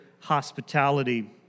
hospitality